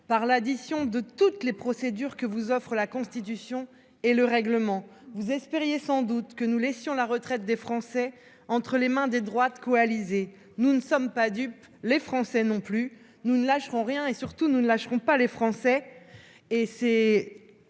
par l'addition de toutes les procédures que vous offrent la Constitution et le règlement. Vous espériez sans doute que nous laisserions la retraite des Français entre les mains des droites coalisées. Nous ne sommes pas dupes, les Français non plus : nous ne lâcherons rien et, surtout, nous ne lâcherons pas les Français